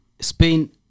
Spain